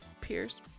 Pierce